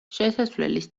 შესასვლელის